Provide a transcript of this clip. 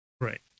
right